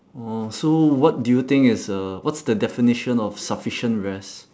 oh so what do you think is uh what's the definition of sufficient rest